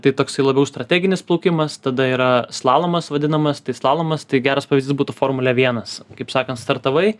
tai toksai labiau strateginis plaukimas tada yra slalomas vadinamas tai slalomas tai geras pavyzdys būtų formulė vienas kaip sakant startavai